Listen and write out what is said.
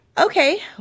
Okay